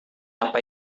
apa